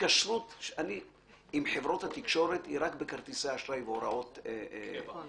ההתקשרות עם חברות התקשורת היא רק בכרטיסי אשראי והוראות קבע.